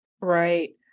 right